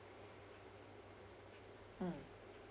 mm